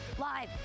live